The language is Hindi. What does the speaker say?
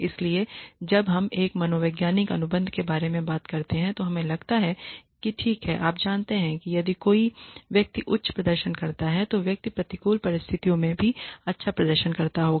इसलिए जब हम एक मनोवैज्ञानिक अनुबंध के बारे में बात करते हैं तो हमें लगता है कि ठीक है आप जानते हैं यदि कोई व्यक्ति उच्च प्रदर्शन करता है तो व्यक्ति प्रतिकूल परिस्थितियों में भी अच्छा प्रदर्शन करता रहेगा